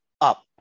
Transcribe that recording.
up